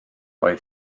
oedd